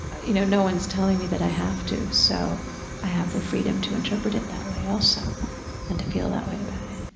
you know, no one's telling me that i have to, so i have the freedom to interpret it that way also and to feel that way about